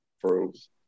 froze